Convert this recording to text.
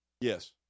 Yes